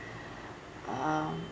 um